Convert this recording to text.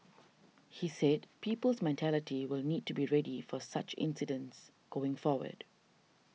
he said people's mentality will need to be ready for such incidents going forward